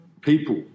People